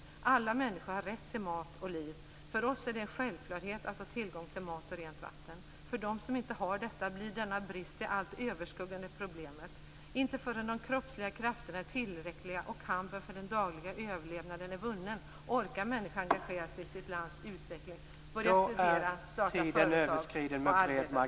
Alla människor har rätt till mat och liv. För oss är det en självklarhet att ha tillgång till mat och rent vatten. För dem som inte har detta blir denna brist det allt överskuggande problemet. Inte förrän de kroppsliga krafterna är tillräckliga och kampen för den dagliga överlevnaden är vunnen orkar människor engagera sig i sitt lands utveckling, börja studera, starta företag och arbeta politiskt.